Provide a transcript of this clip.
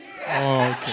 Okay